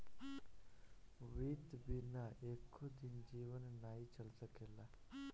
वित्त बिना एको दिन जीवन नाइ चल सकेला